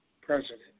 president